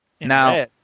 Now